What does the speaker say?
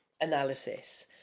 analysis